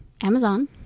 Amazon